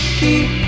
keep